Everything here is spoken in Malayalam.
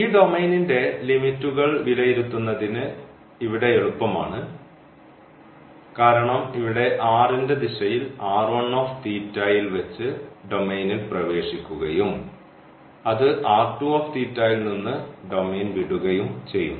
ഈ ഡൊമെയ്നിന്റെ ലിമിറ്റുകൾ വിലയിരുത്തുന്നതിന് ഇവിടെ എളുപ്പമാണ് കാരണം ഇവിടെ r ന്റെ ദിശയിൽ ൽ വെച്ച് ഡൊമെയ്നിൽ പ്രവേശിക്കുകയും അത് ൽ നിന്ന് ഡൊമെയ്ൻ വിടുകയും ചെയ്യുന്നു